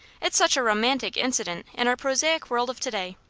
it's such a romantic incident in our prosaic world of to-day.